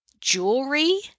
jewelry